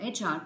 HR